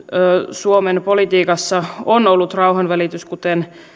suomen politiikassa on ollut rauhanvälitys kuten